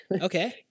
Okay